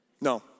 No